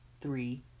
three